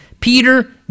Peter